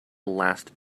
last